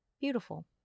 Beautiful